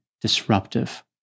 disruptive